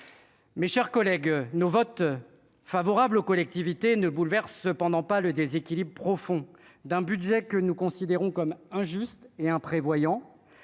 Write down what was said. Mes chers collègues, nos votes favorables aux collectivités ne bouleverse cependant pas le déséquilibre profond d'un budget que nous considérons comme injuste et imprévoyant,